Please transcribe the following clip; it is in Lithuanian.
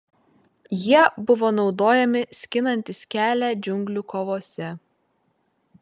jie buvo naudojami skinantis kelią džiunglių kovose